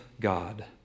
God